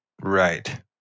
Right